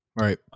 Right